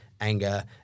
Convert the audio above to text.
anger